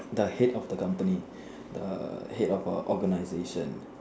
the head of the company the head of an Organisation